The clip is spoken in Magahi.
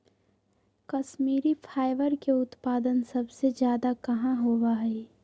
कश्मीरी फाइबर के उत्पादन सबसे ज्यादा कहाँ होबा हई?